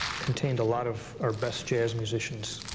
contained a lot of our best jazz musicians.